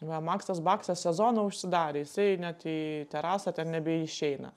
va maksas baksas sezoną užsidarė jisai net į terasą ten nebeišeina